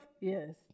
yes